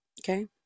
Okay